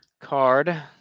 card